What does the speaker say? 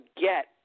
get